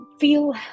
feel